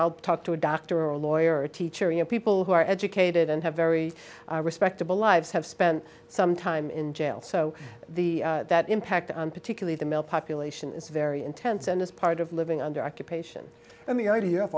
you talk to a doctor or a lawyer or a teacher you know people who are educated and have very respectable lives have spent some time in jail so the that impact on particularly the male population is very intense and as part of living under occupation i mean